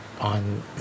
on